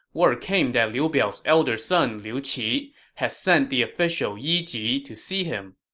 word came that liu biao's elder son liu qi had sent the official yi ji to see him.